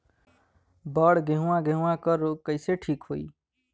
बड गेहूँवा गेहूँवा क रोग कईसे ठीक होई?